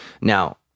Now